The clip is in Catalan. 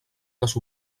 les